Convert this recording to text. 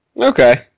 Okay